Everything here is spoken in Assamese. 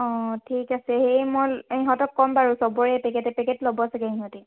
অঁ ঠিক আছে সেই মই ইহঁতক কম বাৰু চবৰে এপেকেট এপেকেট ল'ব চাগে ইহঁতে